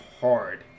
hard